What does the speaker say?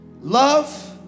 Love